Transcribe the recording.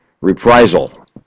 reprisal